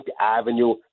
Avenue